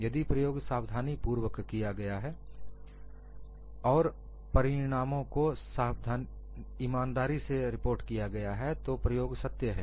यदि प्रयोग सावधानीपूर्वक किया गया है और परिणामों को ईमानदारी से रिपोर्ट किया गया है तो प्रयोग सत्य है